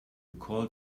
called